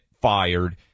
fired